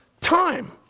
time